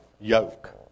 yoke